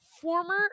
former